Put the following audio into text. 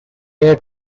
air